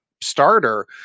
starter